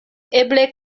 eble